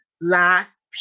last